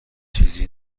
چیزی